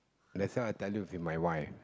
that's why I tell you feed my wife